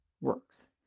works